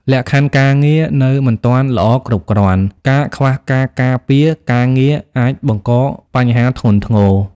លក្ខខណ្ឌការងារនៅតែមិនទាន់ល្អគ្រប់គ្រាន់ ការខ្វះការការពារការងារអាចបង្កបញ្ហាធ្ងន់ធ្ងរ។